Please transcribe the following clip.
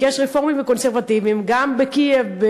יש רפורמים וקונסרבטיבים גם בקייב,